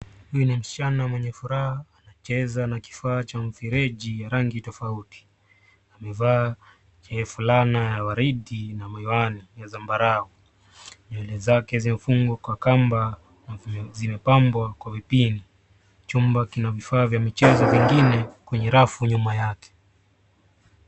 Huyu ni msichana mwenye furaha, anacheza na kifaa cha mfireji ya rangi tofauti. Amevaa je fulana ya waridi na miwani ya zambarau. Nywele zake zimefungwa kwa kamba na zimepambwa kwa vipini. Chumba kina vifaa vya michezo vingine kwenye rafu nyuma yake.